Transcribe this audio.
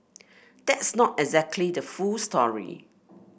that's not exactly the full story